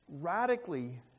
radically